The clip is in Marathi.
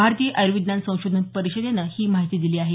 भारतीय आयर्विज्ञान संशोधन परिषदेन ही माहिती दिली आहे